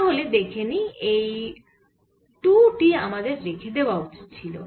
তাহলে দেখে নিই এই 2 টি আমাদের রেখে দেওয়া উচিত ছিল